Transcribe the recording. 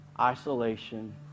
isolation